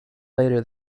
later